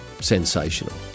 sensational